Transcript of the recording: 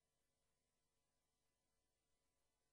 בכל